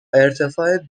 ارتفاع